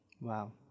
Wow